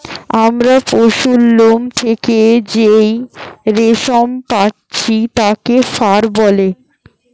আমরা পশুর লোম থেকে যেই রেশম পাচ্ছি তাকে ফার বলে